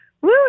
woo